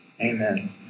Amen